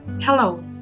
Hello